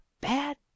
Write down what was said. bad